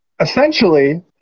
essentially